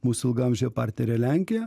mūsų ilgaamžė partnerė lenkija